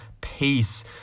peace